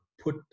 put